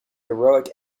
heroic